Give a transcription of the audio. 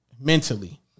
Mentally